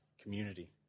community